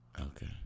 Okay